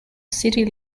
city